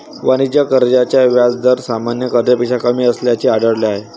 वाणिज्य कर्जाचे व्याज दर सामान्य कर्जापेक्षा कमी असल्याचे आढळले आहे